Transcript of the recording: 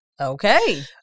Okay